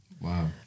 Wow